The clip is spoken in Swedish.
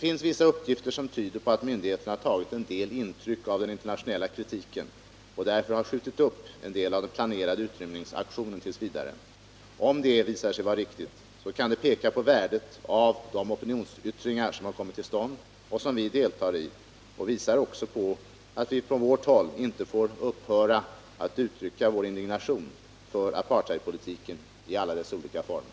Vissa uppgifter tyder på att myndigheterna tagit ett visst intryck av den internationella kritiken och därför skjutit upp den planerade utrymningsaktionen tills vidare. Om detta visar sig vara riktigt, kan det bekräfta värdet av de opinionsyttringar som kommit till stånd och som vi deltar i. Det bekräftar också att vi inte får upphöra att uttrycka vår indignation när det gäller apartheidpolitiken i alla dess olika former.